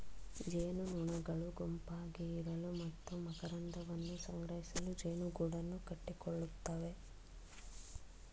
ಜೇನುನೊಣಗಳು ಗುಂಪಾಗಿ ಇರಲು ಮತ್ತು ಮಕರಂದವನ್ನು ಸಂಗ್ರಹಿಸಲು ಜೇನುಗೂಡನ್ನು ಕಟ್ಟಿಕೊಳ್ಳುತ್ತವೆ